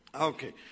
Okay